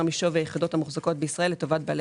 משווי היחידות המוחזקות בישראל לטובת בעלי